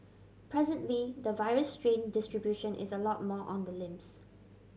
presently the virus strain distribution is a lot more on the limbs